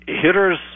hitters